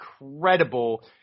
incredible